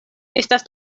estas